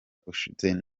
ushize